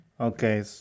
Okay